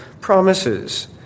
promises